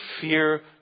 fear